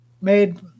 made